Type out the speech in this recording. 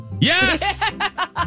Yes